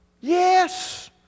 Yes